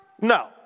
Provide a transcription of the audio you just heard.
No